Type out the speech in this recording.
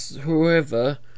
whoever